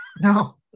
No